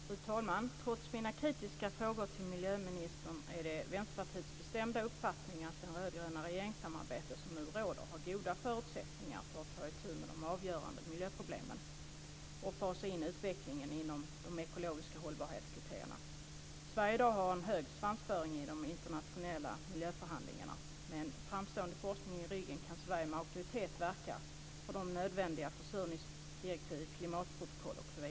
Fru talman! Trots mina kritiska frågor till miljöministern är det Vänsterpartiets bestämda uppfattning att det rödgröna regeringssamarbete som nu råder har goda förutsättningar för att ta itu med de avgörande miljöproblemen och fasa in utvecklingen inom de ekologiska hållbarhetskriterierna. Sverige har en hög svansföring i de internationella miljöförhandlingarna. Med en framstående forskning i ryggen kan Sverige med auktoritet verka för nödvändiga försurningsdirektiv, klimatprotokoll etc.